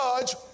judge